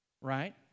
Right